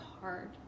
hard